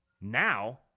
Now